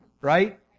Right